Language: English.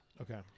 Okay